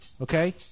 Okay